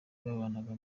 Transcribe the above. babanaga